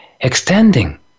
extending